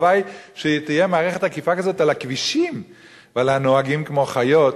כדי להגן עליהם מפני התעללות.